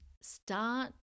start